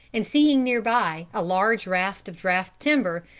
and seeing near by a large raft of drift timber,